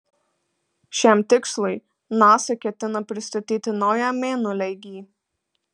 šiam tikslui nasa ketina pristatyti naują mėnuleigį